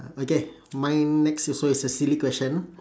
okay mine next also is a silly question